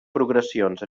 progressions